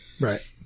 Right